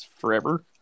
forever